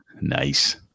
Nice